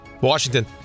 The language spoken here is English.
Washington